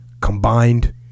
combined